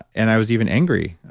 and i was even angry,